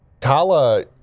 Kala